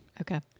Okay